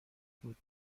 بود